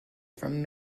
from